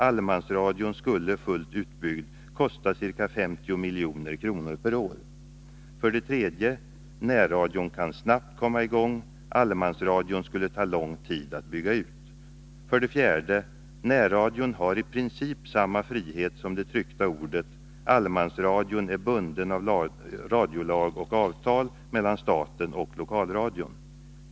Allemansradion skulle fullt utbyggd kosta ca 50 milj.kr. per år. 3. Närradion kan snabbt komma i gång. Allemansradion skulle ta lång tid att bygga ut. 4. Närradion har i princip samma frihet som det tryckta ordet. Allemansradion är bunden av radiolag och avtal mellan staten och lokalradion.